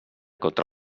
contra